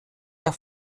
der